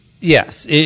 Yes